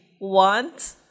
want